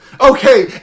Okay